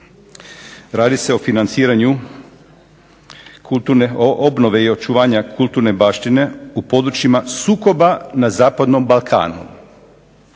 radi se o financiranju kulturne obnove i očuvanja kulturne baštine u područjima sukoba na zapadnom Balkanu.